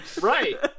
Right